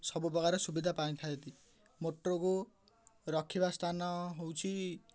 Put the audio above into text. ସବୁପ୍ରକାର ସୁବିଧା ପାଇଥାଆନ୍ତି ମୋଟରକୁ ରଖିବା ସ୍ଥାନ ହେଉଛି